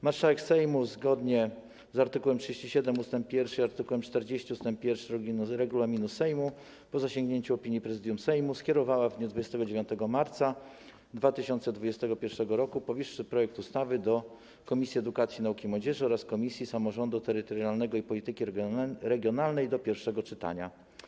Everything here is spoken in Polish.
Marszałek Sejmu zgodnie z art. 37 ust. 1 i art. 40 ust. 1 regulaminu Sejmu, po zasięgnięciu opinii prezydium Sejmu, skierowała w dniu 29 marca 2021 r. powyższy projekt ustawy do Komisji Edukacji, Nauki i Młodzieży oraz Komisji Samorządu Terytorialnego i Polityki Regionalnej do pierwszego czytania.